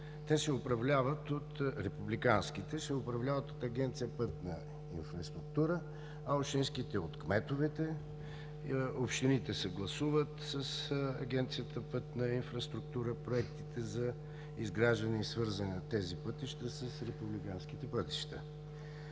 за пътищата, републиканските се управляват от Агенция „Пътна инфраструктура“, а общинските от кметовете. Общините съгласуват с Агенцията „Пътна инфраструктура“ проектите за изграждане и свързване на тези пътища с републиканските пътища.